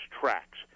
tracks